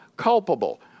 Culpable